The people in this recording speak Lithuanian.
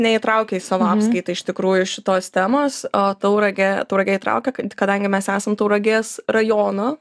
neįtraukia į savo apskaitą iš tikrųjų šitos temos o tauragę tauragė įtraukia ka kadangi mes esam tauragės rajono